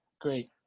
great